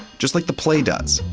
just like the play does.